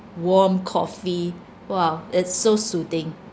warm coffee !wow! it's so soothing